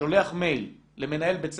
שולח מייל למנהל בית ספר,